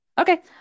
Okay